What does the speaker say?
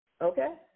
Okay